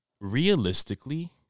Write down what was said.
Realistically